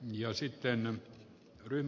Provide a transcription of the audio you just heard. ja sitten ryn